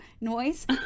noise